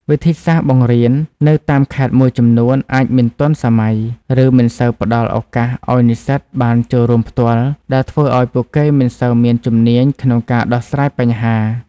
វិធីសាស្រ្តបង្រៀននៅតាមខេត្តមួយចំនួនអាចមិនទាន់សម័យ ឬមិនសូវផ្តល់ឱកាសឲ្យនិស្សិតបានចូលរួមផ្ទាល់ ដែលធ្វើឲ្យពួកគេមិនសូវមានជំនាញក្នុងការដោះស្រាយបញ្ហា។